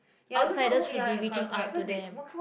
outsiders should be reaching out to them